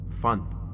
Fun